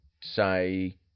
say